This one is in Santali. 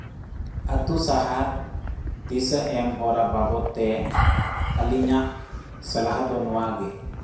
ᱟᱹᱛᱩ ᱥᱟᱦᱟᱨ ᱫᱤᱥᱟᱹ ᱮᱢ ᱦᱚᱨᱟ ᱵᱟᱵᱚᱫᱽ ᱛᱮ ᱟᱹᱞᱤᱧᱟᱜ ᱥᱟᱞᱦᱟ ᱫᱚ ᱱᱚᱣᱟ ᱜᱮ